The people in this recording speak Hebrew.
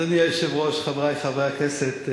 אדוני היושב-ראש, חברי חברי הכנסת,